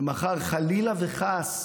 ומחר, חלילה וחס,